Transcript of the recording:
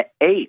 eight